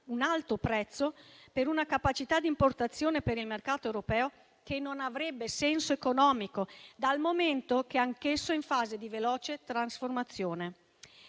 un alto prezzo per una capacità di importazione per il mercato europeo che non avrebbe senso economico, dal momento che anch'esso è in fase di veloce trasformazione.